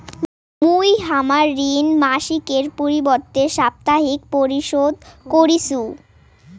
মুই হামার ঋণ মাসিকের পরিবর্তে সাপ্তাহিক পরিশোধ করিসু